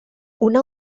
una